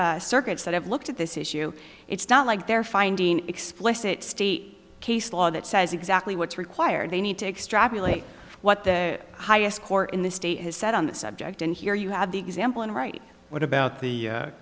other circuits that have looked at this issue it's not like they're finding explicit state case law that says exactly what's required they need to extrapolate what the highest court in the state has said on this subject and here you have the example and right what about the